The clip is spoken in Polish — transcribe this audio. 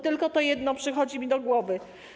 Tylko to jedno przychodzi mi do głowy.